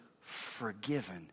forgiven